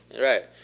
Right